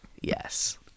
yes